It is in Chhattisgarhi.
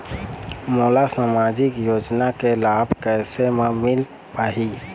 मोला सामाजिक योजना के लाभ कैसे म मिल पाही?